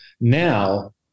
Now